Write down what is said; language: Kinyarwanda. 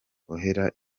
uhera